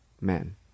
men